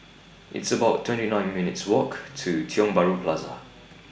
It's about twenty nine minutes' Walk to Tiong Bahru Plaza